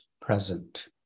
present